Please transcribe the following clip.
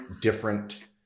different